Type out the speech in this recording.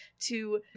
to-